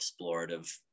explorative